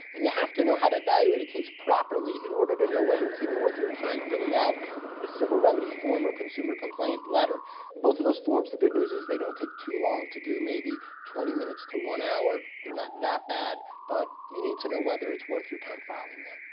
and you have to know how to evaluate a case properly in order to know whether it's even worth your time filling out the civil remedy form or consumer complaint letter. and both of those forms, the good news is they don't take too long to do, maybe twenty minutes to one hour. they're not that bad, but you need to know whether it's worth your time filing that.